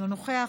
אינו נוכח,